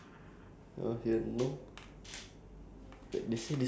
I don't know if I want to share this like at here or not but I don't think so